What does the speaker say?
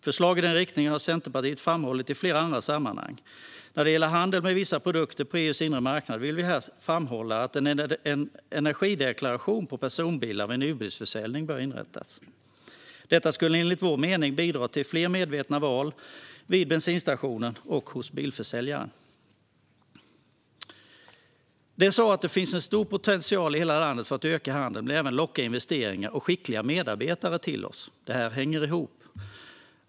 Förslag i den riktningen har Centerpartiet framhållit i flera andra sammanhang. När det gäller handel med vissa produkter på EU:s inre marknad vill vi här framhålla att en energideklaration på personbilar vid nybilsförsäljning bör införas. Detta skulle enligt vår mening bidra till fler medvetna val vid bensinstationen och hos bilförsäljaren. Det finns en stor potential i hela landet för att öka handel men även för att locka investeringar och skickliga medarbetare till oss. Det hänger ihop.